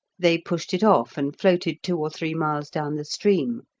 they pushed it off, and floated two or three miles down the stream,